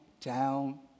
down